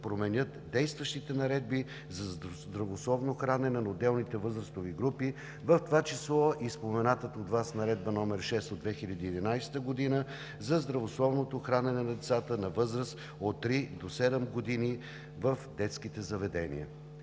променят действащите наредби за здравословно хранене на отделните възрастови групи, в това число и споменатата от Вас Наредба № 6 от 2011 г. за здравословно хранене на децата на възраст от три до седем години в детските заведения.